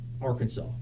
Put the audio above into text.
Arkansas